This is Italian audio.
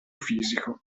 fisico